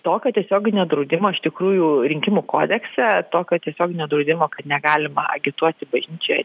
tokio tiesioginio draudimo iš tikrųjų rinkimų kodekse tokio tiesioginio draudimo kad negalima agituoti bažnyčioje